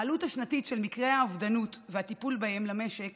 העלות השנתית של מקרי האובדנות והטיפול בהם למשק